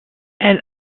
elle